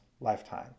lifetime